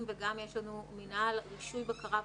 וגם יש לנו מינהל רישוי בקרה ואכיפה.